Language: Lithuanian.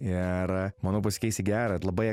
ir manau pasikeis į gera labai